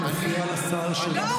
את מפריעה לשר שלך.